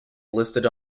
listed